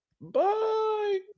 Bye